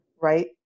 right